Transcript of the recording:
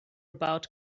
about